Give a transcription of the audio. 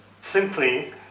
Simply